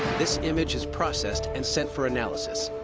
this image is processed and sent for analysis.